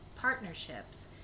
partnerships